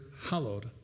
hallowed